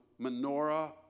menorah